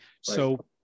So-